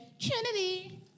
Trinity